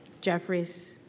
Jeffries